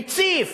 מציף